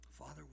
Father